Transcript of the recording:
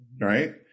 Right